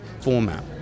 format